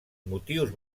motius